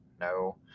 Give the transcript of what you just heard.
No